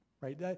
right